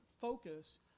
focus